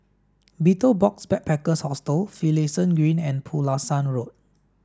Betel Box Backpackers Hostel Finlayson Green and Pulasan Road